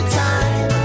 time